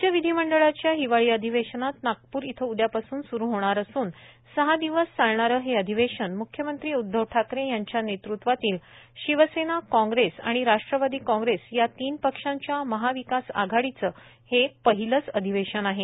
राज्य विधीमंडळाच्या हिवाळी अधिवेशनात नागपूर इथं उद्यापासून सूरू होणार असून सहा दिवस चालणारे हे अधिवेशन म्ख्यमंत्री उध्दव ठाकरे यांच्या नेतृत्वातील शिवसेना कॉग्रेस आणि राष्ट्रवादी कॉग्रेस या तीन पक्षाच्या महाविकास आघाडीचं हे पहिलचं अधिवेशन आहे